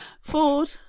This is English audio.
Ford